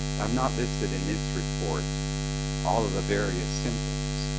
i've not listed in this report all of the various symptoms.